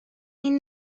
این